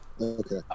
Okay